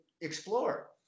explore